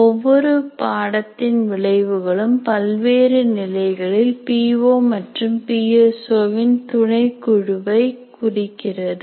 ஒவ்வொரு பாடத்தின் விளைவுகளும் பல்வேறு நிலைகளில் பீ ஓ மற்றும் பி எஸ் ஓ வின் துணை குழுவை குறிக்கிறது